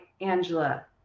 Angela